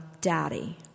Daddy